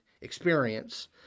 experience